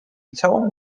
całą